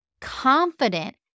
confident